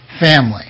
family